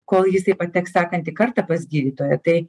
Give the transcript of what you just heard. kol jisai pateks sekantį kartą pas gydytoją tai